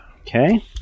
Okay